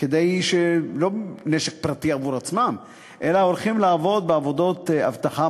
לא נשק פרטי עבור עצמם אלא הם הולכים לעבוד בעבודות אבטחה,